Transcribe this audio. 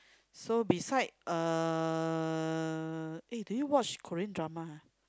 so beside uh eh do you watch Korean drama ha